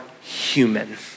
human